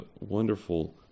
wonderful